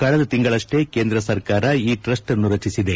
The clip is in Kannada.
ಕಳೆದ ತಿಂಗಳಷ್ಟೆ ಕೇಂದ್ರ ಸರ್ಕಾರ ಈ ಟ್ರಸ್ಟನ್ನು ರಚಿಸಿದೆ